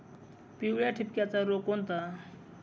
पिवळ्या ठिपक्याचा रोग कोणता?